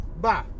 Bye